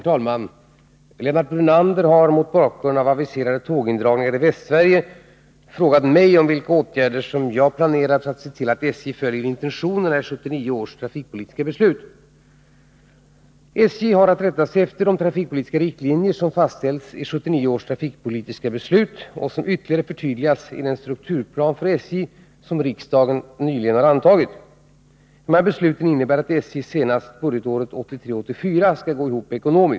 Herr talman! Lennart Brunander har, mot bakgrund av aviserade tågindragningar i Västsverige, frågat mig vilka åtgärder jag planerar för att se till att SJ följer intentionerna i 1979 års trafikpolitiska beslut. SJ har att rätta sig efter de trafikpolitiska riktlinjer som fastställts i 1979 års trafikpolitiska beslut och som ytterligare förtydligats i den strukturplan för SJ som riksdagen nyligen antagit. Besluten innebär att SJ senast budgetåret 1983/84 skall gå ihop ekonomiskt.